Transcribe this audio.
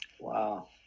Wow